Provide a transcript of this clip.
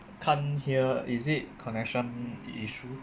can't hear is it connection issue